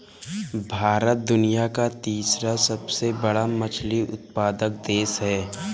भारत दुनिया का तीसरा सबसे बड़ा मछली उत्पादक देश है